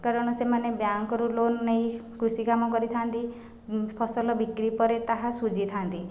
କାରଣ ସେମାନେ ବ୍ୟାଙ୍କରୁ ଲୋନ୍ ନେଇ କୃଷି କାମ କରିଥାନ୍ତି ଫସଲ ବିକ୍ରି ପରେ ତାହା ସୁଝିଥାନ୍ତି